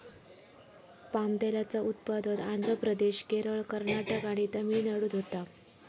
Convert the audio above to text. palm तेलाचा उत्पादन आंध्र प्रदेश, केरळ, कर्नाटक आणि तमिळनाडूत होता